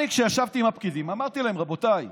אני ישבתי עם הפקידים ואמרתי להם: רבותיי,